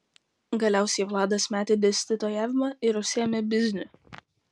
galiausiai vladas metė dėstytojavimą ir užsiėmė bizniu